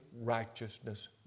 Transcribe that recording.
righteousness